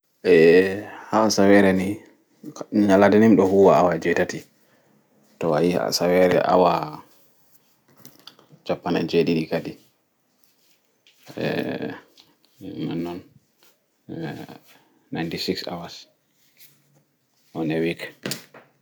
Eeh ha asawere nyalanɗe ni miɗo huwa awa jetati toh ayi asawere awa cappan e' jeɗiɗi e' tati kaɗi